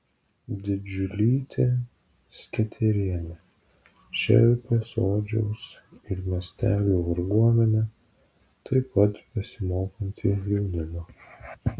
didžiulytė sketerienė šelpė sodžiaus ir miestelių varguomenę taip pat besimokantį jaunimą